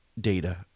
data